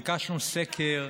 ביקשנו סקר,